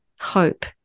hope